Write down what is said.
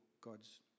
God's